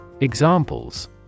Examples